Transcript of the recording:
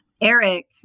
Eric